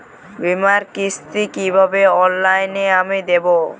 বীমার কিস্তি কিভাবে অনলাইনে আমি দেবো?